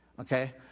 Okay